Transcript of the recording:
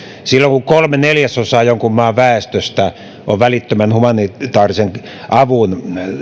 silloin kun kolme neljäsosaa jonkin maan väestöstä on välittömän humanitaarisen avun